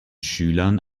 schülern